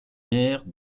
mère